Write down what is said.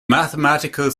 mathematical